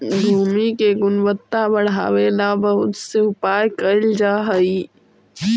भूमि के गुणवत्ता बढ़ावे ला बहुत से उपाय कैल जा हई